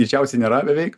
greičiausiai nėra beveik